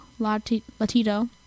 latito